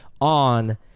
on